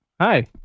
Hi